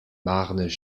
marnes